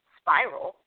spiral